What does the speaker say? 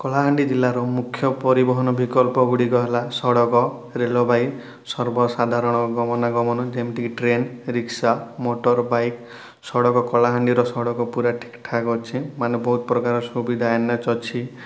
କଳାହାଣ୍ଡି ଜିଲ୍ଲାର ମୁଖ୍ୟ ପରିବହନ ବିକଳ୍ପ ଗୁଡ଼ିକ ହେଲା ସଡ଼କ ରେଳବାଇ ସର୍ବ ସାଧାରଣ ଗମନାଗମନ ଯେମିତି କି ଟ୍ରେନ ରିକ୍ସା ମୋଟର ବାଇକ ସଡ଼କ କଳାହାଣ୍ଡିର ସଡ଼କ ପୁରା ଠିକ୍ ଠାକ୍ ଅଛି ମାନେ ବହୁତ ପ୍ରକାର ସୁବିଧା ଏନ ଏଚ ଅଛି